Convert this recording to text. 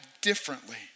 differently